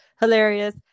hilarious